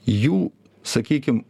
jų sakykim